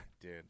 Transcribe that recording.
dude